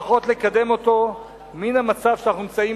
לפחות לקדם אותו מן המצב שאנחנו נמצאים